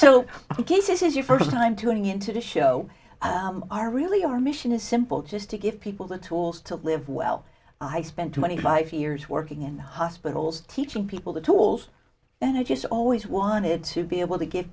guess this is your first time tuning into the show are really our mission is simple just to give people the tools to live well i spent twenty five years working in the hospitals teaching people the tools and i just always wanted to be able to give